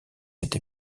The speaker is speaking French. cette